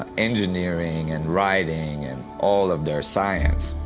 ah engineering, and writing and all of their science.